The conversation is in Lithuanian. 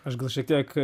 aš gal šiek tiek